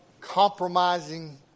compromising